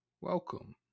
Welcome